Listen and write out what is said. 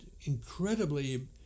incredibly